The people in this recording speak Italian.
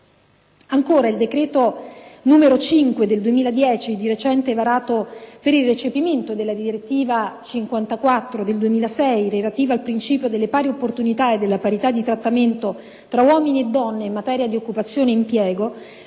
gennaio 2010, n. 5, di recente varato per il recepimento della direttiva 2006/54/CE, relativa al principio delle pari opportunità e della parità di trattamento tra uomini e donne in materia di occupazione e impiego,